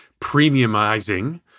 premiumizing